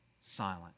Silent